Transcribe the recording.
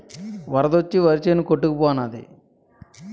వరద వచ్చి వరిసేను కొట్టుకు పోనాది